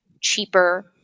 cheaper